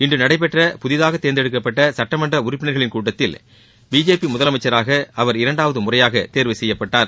இன்று நடைபெற்ற புதிதாக தேர்ந்தெடுக்கப்பட்ட சுட்டமன்ற உறுப்பினர்களின் கூட்டத்தில் பிஜேபி முதலமைச்சராக அவர் இரண்டாவது முறையாக தேர்வு செய்யப்பட்டார்